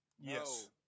Yes